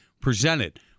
presented